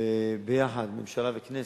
וביחד, ממשלה וכנסת.